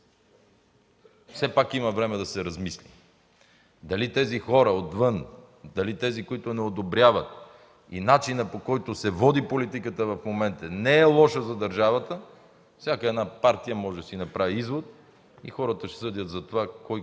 Все пак има време да се размисли за тези хора отвън, за тези, които не одобряват начина, по който се води политиката в момента. Не е лошо за държавата всяка една партия да си направи извод, че хората ще съдят за това кой